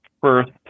first